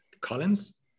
collins